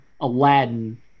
Aladdin